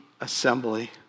assembly